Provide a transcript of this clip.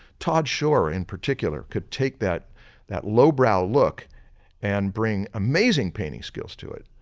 todd shore in particular could take that that lowbrow look and bring amazing painting skills to it.